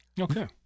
Okay